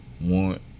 want